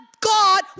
God